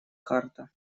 карта